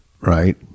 right